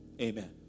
Amen